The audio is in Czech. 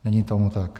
Není tomu tak.